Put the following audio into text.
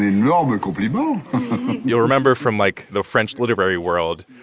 you know um and you'll but you know you'll remember from, like, the french literary world,